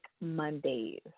Mondays